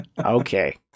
Okay